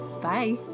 Bye